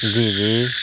جی جی